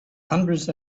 hundreds